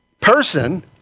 person